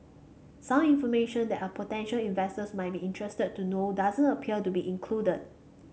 some information that a potential investors might be interested to know doesn't appear to be included